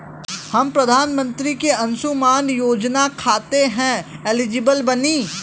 हम प्रधानमंत्री के अंशुमान योजना खाते हैं एलिजिबल बनी?